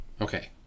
okay